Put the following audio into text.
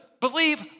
believe